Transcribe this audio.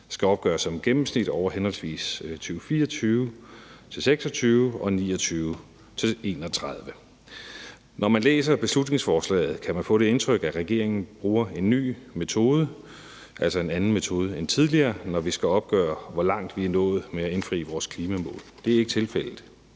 skal opgøres som et gennemsnit over henholdsvis 2024-26 og 2029-31. Når man læser beslutningsforslaget, kan man få det indtryk, at regeringen bruger en ny metode, altså en anden metode end tidligere, når vi skal opgøre, hvor langt vi er nået med at indfri vores klimamål. Det er ikke tilfældet.